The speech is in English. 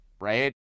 right